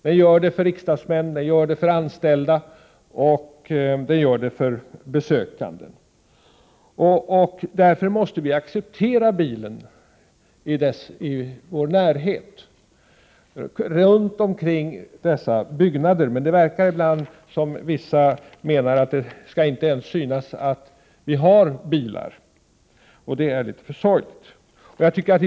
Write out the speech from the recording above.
Den gör det för riksdagsmän, den gör det för anställda och den gör det för besökande. Därför måste vi acceptera bilen i vår närhet, runt omkring dessa byggnader. Det verkar som om vissa menade att det inte skall synas att vi har bilar. Det är litet för sorgligt.